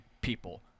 people